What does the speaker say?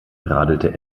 radelte